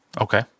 Okay